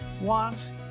wants